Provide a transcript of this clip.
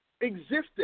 existed